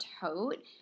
tote